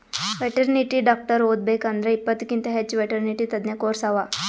veterinary doctor ಓದಬೇಕ್ ಅಂದ್ರ ಇಪ್ಪತ್ತಕ್ಕಿಂತ್ ಹೆಚ್ಚ್ ವೆಟೆರ್ನಿಟಿ ತಜ್ಞ ಕೋರ್ಸ್ ಅವಾ